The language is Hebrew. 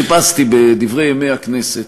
אני חיפשתי בדברי ימי הכנסת,